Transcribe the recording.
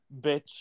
bitch